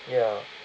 ya